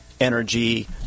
energy